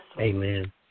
Amen